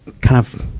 kind of,